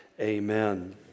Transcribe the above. Amen